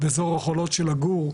באזור החולות של עגור.